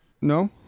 No